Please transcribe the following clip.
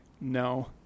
no